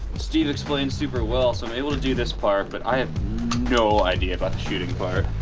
steve explains super-well, so maybe we'll do this part but i have no idea about the shooting part.